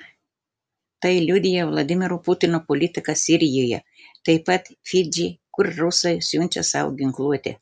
tai liudija vladimiro putino politika sirijoje taip pat fidži kur rusai siunčia savo ginkluotę